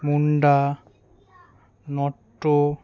Munda Natta